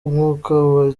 umwuka